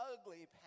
ugly